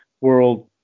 world